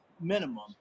minimum